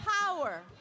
power